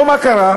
פה מה קרה?